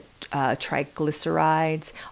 triglycerides